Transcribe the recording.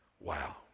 Wow